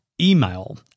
email